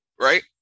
right